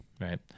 Right